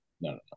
no